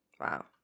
wow